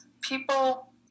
people